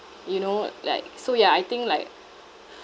you know like so ya I think like